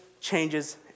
changes